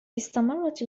استمرت